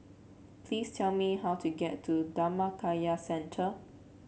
please tell me how to get to Dhammakaya Centre